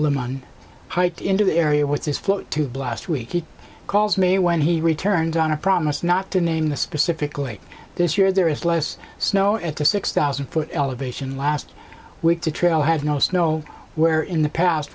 live on height into the area with his flock to blast week he calls me when he returns on a promise not to name the specifically this year there is less snow at the six thousand foot elevation last week to trail had no snow where in the past